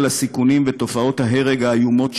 על הסיכונים ותופעות ההרג האיומות שבו,